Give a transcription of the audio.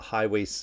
Highway